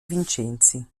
vincenzi